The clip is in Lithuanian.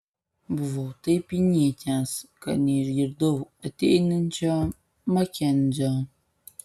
buvau taip įnikęs kad neišgirdau ateinančio makenzio